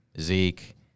Zeke